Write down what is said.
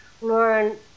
learn